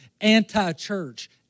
anti-church